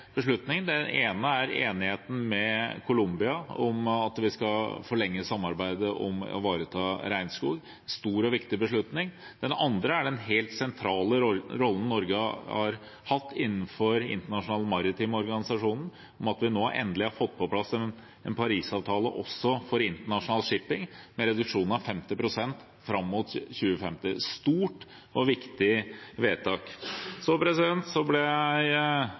beslutning. Det andre er at vi nå, i den helt sentrale rollen Norge har hatt innenfor den internasjonale maritime organisasjonen, endelig har fått på plass en Parisavtale også for internasjonal shipping, med reduksjon av 50 pst. fram mot 2050 – et stort og viktig vedtak. Så ble jeg